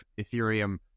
ethereum